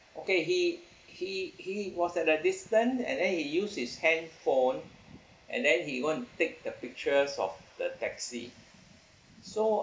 okay he he he was at a distant and then he use his handphone and then he go and take the pictures of the taxi so